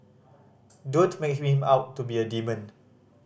don't make him out to be a demon